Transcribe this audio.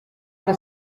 alla